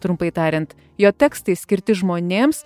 trumpai tariant jo tekstai skirti žmonėms